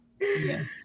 Yes